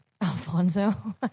Alfonso